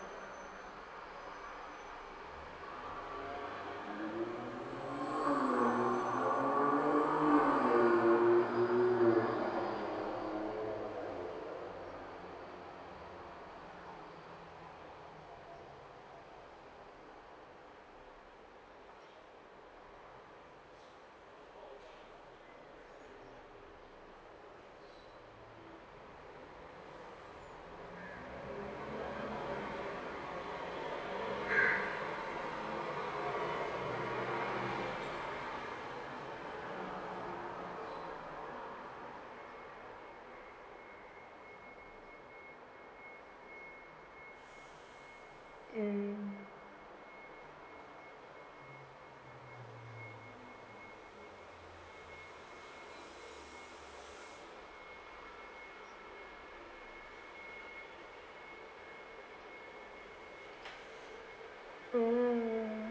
mm